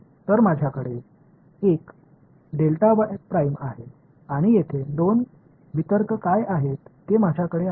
तर माझ्याकडे एक आहे आणि येथे दोन वितर्क काय आहेत ते माझ्याकडे आहे